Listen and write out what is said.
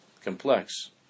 complex